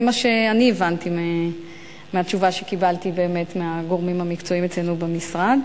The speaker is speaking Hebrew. זה מה שאני הבנתי מהתשובה שקיבלתי מהגורמים המקצועיים אצלנו במשרד.